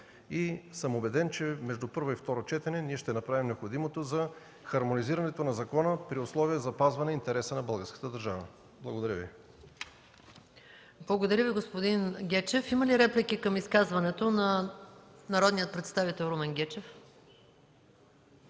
съм, че между първо и второ четене ще направим необходимото за хармонизирането на закона при условие запазване интереса на българската държава. Благодаря Ви. ПРЕДСЕДАТЕЛ МАЯ МАНОЛОВА: Благодаря Ви, господин Гечев. Има ли реплики към изказването на народния представител Румен Гечев?